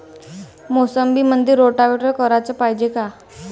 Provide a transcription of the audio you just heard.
मोसंबीमंदी रोटावेटर कराच पायजे का?